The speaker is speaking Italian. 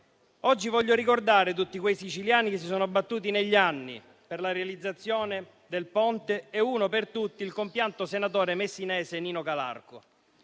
Oggi voglio ricordare tutti quei siciliani che si sono battuti negli anni per la realizzazione del Ponte e uno per tutti è il compianto senatore messinese Nino Calarco.